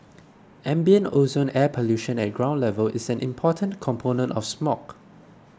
ambient ozone air pollution at ground level is an important component of smog